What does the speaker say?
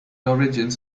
origins